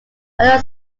other